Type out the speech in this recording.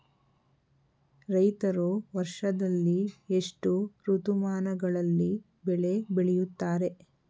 ರೈತರು ವರ್ಷದಲ್ಲಿ ಎಷ್ಟು ಋತುಮಾನಗಳಲ್ಲಿ ಬೆಳೆ ಬೆಳೆಯುತ್ತಾರೆ?